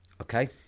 Okay